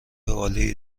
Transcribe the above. عالی